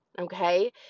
Okay